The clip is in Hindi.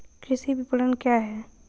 कृषि विपणन क्या है?